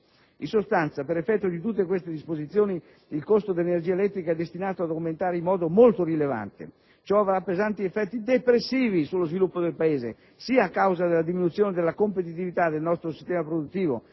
In sostanza, per effetto di tutte queste disposizioni il costo dell'energia elettrica è destinato ad aumentare in modo molto rilevante. Ciò avrà pesanti effetti depressivi sullo sviluppo del Paese, sia a causa della diminuzione della competitività del nostro sistema produttivo